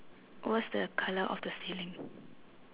what's the colour of the ceiling